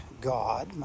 God